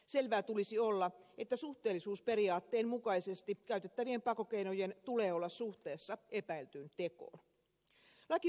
selvää tulisi olla että suhteellisuusperiaatteen mukaisesti käytettävien pakkokeinojen tulee olla suhteessa epäiltyyn tekoon